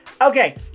Okay